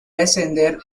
descender